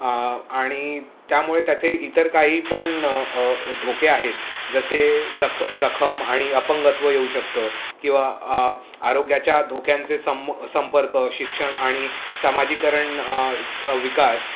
आणि त्यामुळे त्याचे इतर काही पण धोके आहेत जसे जख जखम आणि अपंगत्व येऊ शकतं किंवा आरोग्याच्या धोक्यांचे संपर्क शिक्षण आणि सामाजीकरण विकास